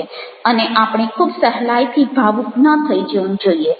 અને આપણે ખૂબ સહેલાઈથી ભાવુક ન થઈ જવું જોઈએ